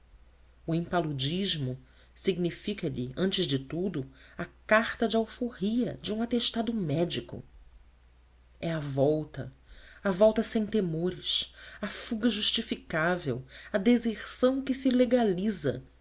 perto o impaludismo significa lhe antes de tudo a carta de alforria de um atestado médico é a volta a volta sem temores a fuga justificável a deserção que se legaliza